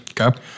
Okay